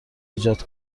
ایجاد